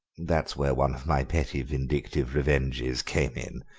that's where one of my petty vindictive revenges came in,